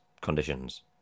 conditions